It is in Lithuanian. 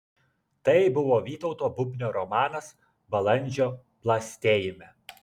tai buvo vytauto bubnio romanas balandžio plastėjime